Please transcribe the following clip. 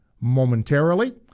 momentarily